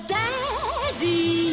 daddy